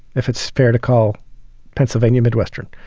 if it's fair to call pennsylvania, midwestern,